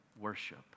worship